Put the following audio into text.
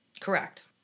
Correct